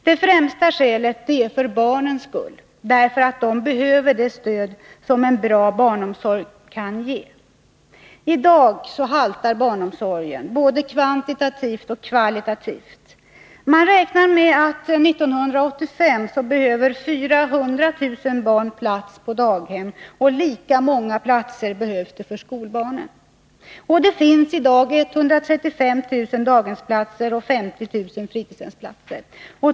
Det främsta skälet är: för barnens skull, därför att de behöver det stöd som en bra barnomsorg kan ge. I dag haltar barnomsorgen, både kvantitativt och kvalitativt. Man räknar med att 1985 behöver 400 000 barn plats på daghem, och lika många platser behövs för skolbarnen. Det finns i dag 135 000 daghemsplatser och 50 000 fritidshemsplatser.